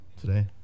today